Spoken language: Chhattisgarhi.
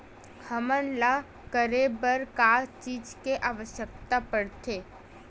हमन ला करे बर का चीज के आवश्कता परथे?